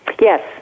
Yes